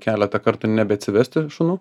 keletą kartų nebeatsivesti šunų